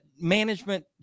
management